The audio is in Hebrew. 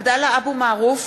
(קוראת בשמות חברי הכנסת) עבדאללה אבו מערוף,